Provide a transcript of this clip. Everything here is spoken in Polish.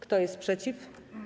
Kto jest przeciw?